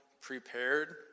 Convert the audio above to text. prepared